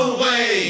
Away